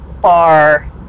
bar